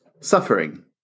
suffering